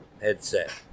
headset